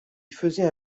faisait